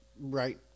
Right